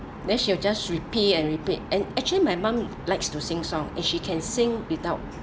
then she will just repeat and repeat and actually my mum likes to sing song and she can sing without